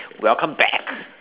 welcome back